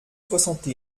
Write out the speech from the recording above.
soixante